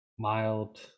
Mild